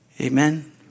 amen